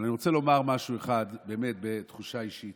אבל אני רוצה לומר משהו אחד בתחושה אישית: